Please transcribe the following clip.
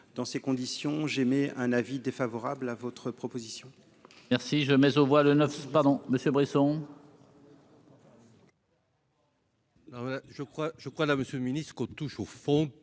dans ces conditions j'émets un avis défavorable à votre proposition.